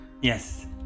yes